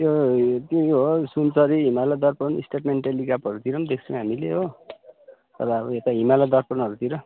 त्यो त्यही हो सुनचरी हिमालय दर्पण स्टेटमेन्ट टेलिग्राफहरूतिर पनि दिएका छौँ हामीले हो र अब यता हिमालय दर्पणहरूतिर